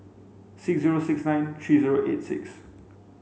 six zero six nine three zero eight six